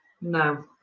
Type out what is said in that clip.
No